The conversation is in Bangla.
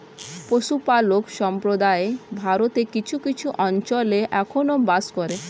পশুপালক সম্প্রদায় ভারতের কিছু কিছু অঞ্চলে এখনো বাস করে